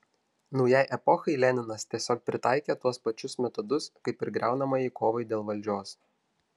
naujai epochai leninas tiesiog pritaikė tuos pačius metodus kaip ir griaunamajai kovai dėl valdžios